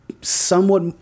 somewhat